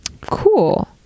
Cool